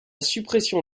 suppression